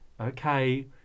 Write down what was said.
okay